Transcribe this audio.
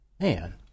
man